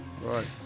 Right